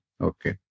Okay